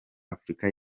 afurika